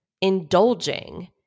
indulging